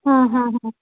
हं हं हं